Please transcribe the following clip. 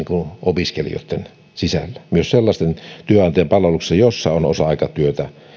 opiskelijoitten kesken myös sellaisten työnantajien palveluksessa joilla on osa aikatyötä